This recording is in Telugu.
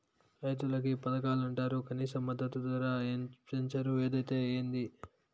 రైతులకి పథకాలంటరు కనీస మద్దతు ధర పెంచరు ఏదైతే ఏంది